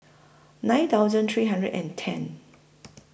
nine thousand three hundred and ten